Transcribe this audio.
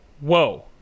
whoa